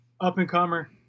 up-and-comer